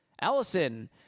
allison